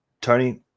Tony